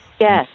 Yes